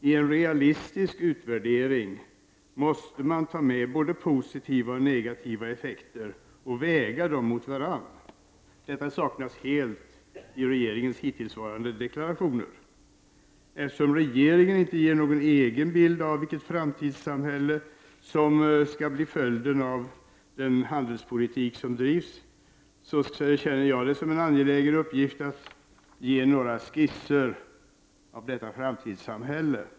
I en realistisk utvärdering måste man ta med både positiva och negativa effekter och väga dem mot varandra. Detta saknas helt i regeringens hittillsvarande deklarationer. Eftersom regeringen inte ger någon egen bild av vilket framtidssamhälle som skall bli följden av den handelspolitik som drivs känner jag det som en angelägen uppgift att göra några skisser av detta framtidssamhälle.